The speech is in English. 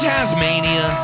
Tasmania